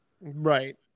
right